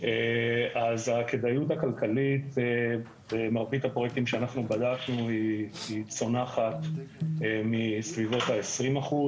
אז הכדאיות הכלכלית במרבית הפרויקטים שאנחנו בדקנו צונחת מסביבות ה-20%